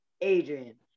Adrian